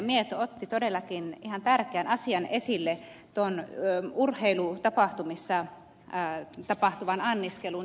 mieto otti todellakin ihan tärkeän asian esille tuon urheilutapahtumissa tapahtuvan anniskelun